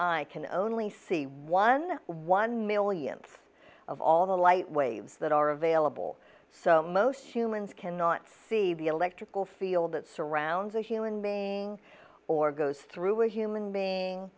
eye can only see one one millionth of all the light waves that are available so most humans cannot see the electrical field that surrounds a human being or goes through a human being